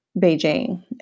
Beijing